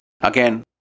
Again